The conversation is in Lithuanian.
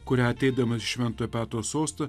kurią ateidamas į šventojo petro sostą